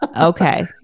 Okay